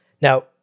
Now